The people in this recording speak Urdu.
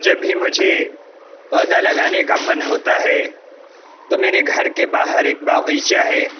جب بھی مجھے پودا لگانے کا من ہوتا ہے تو میرے گھر کے باہر ایک باغیچہ ہے